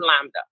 Lambda